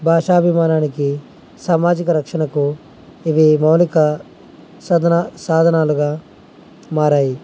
భాషా అభిమానానికి సామాజిక రక్షణకు ఇవి మౌలిక సాధన సాధనాలుగా మారాయి